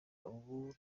ubu